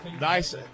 nice